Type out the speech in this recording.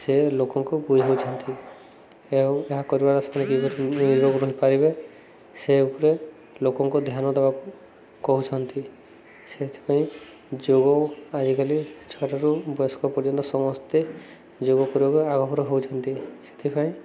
ସେ ଲୋକଙ୍କୁ ବୁଝାଉଛନ୍ତି ଏହା ଏହା କରିବାର ସମୟ କିପରି ନିରୋଗ ରହିପାରିବେ ସେ ଉପରେ ଲୋକଙ୍କୁ ଧ୍ୟାନ ଦେବାକୁ କହୁଛନ୍ତି ସେଥିପାଇଁ ଯୋଗ ଆଜିକାଲି ଛୋଟରୁ ବୟସ୍କ ପର୍ଯ୍ୟନ୍ତ ସମସ୍ତେ ଯୋଗ କରିବାକୁ ଆଗଭର ହେଉଛନ୍ତି ସେଥିପାଇଁ